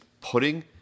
putting